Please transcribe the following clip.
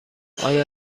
آیا